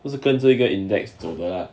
不是跟着一个 index 走的啦